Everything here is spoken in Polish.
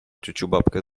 ciuciubabkę